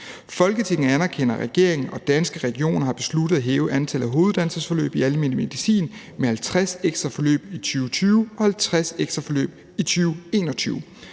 Folketinget anerkender, at regeringen og Danske Regioner har besluttet at hæve antallet af hoveduddannelsesforløb i almen medicin med 50 ekstra forløb i 2020 og 50 ekstra forløb i 2021.